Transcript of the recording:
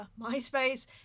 myspace